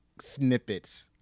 snippets